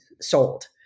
sold